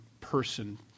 person